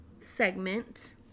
segment